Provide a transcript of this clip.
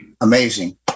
amazing